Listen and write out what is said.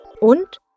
Und